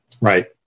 Right